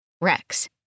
Rex